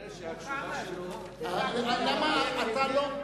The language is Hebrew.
כנראה התשובה שלו, את רמת הממשלה שהוא מכהן בה.